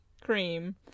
cream